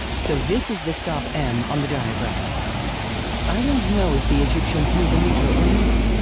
so this is the stop m on the diagram i don't know if the egyptians knew the meter or not,